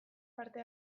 parte